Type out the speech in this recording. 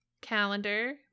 calendar